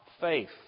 faith